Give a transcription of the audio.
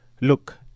look